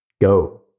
go